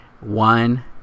one